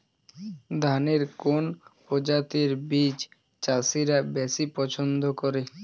ধানের কোন প্রজাতির বীজ চাষীরা বেশি পচ্ছন্দ করে?